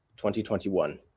2021